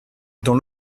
dans